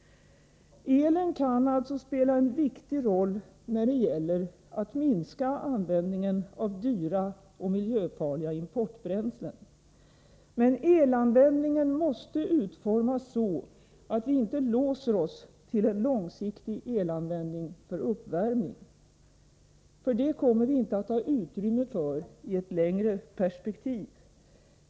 Elen kan alltså spela en viktig roll när det gäller att minska användningen av dyra och miljöfarliga importbränslen. Men elanvändningen måste utformas så att vi inte låser oss till en långsiktig elanvändning för uppvärmning, för det kommer vi inte att ha utrymme för i ett längre perspektiv.